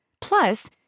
Plus